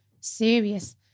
serious